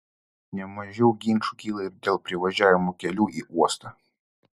ne mažiau ginčų kyla ir dėl privažiavimo kelių į uostą